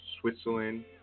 Switzerland